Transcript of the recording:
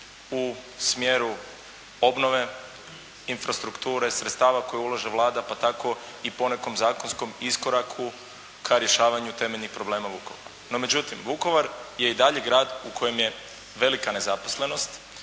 u smjeru obnove infrastrukture, sredstava koje ulaže Vlada pa tako i ponekom zakonskom iskoraku ka rješavanju temeljnih problema u Vukovaru. No međutim, Vukovar je i dalje grad u kojem je velika nezaposlenost,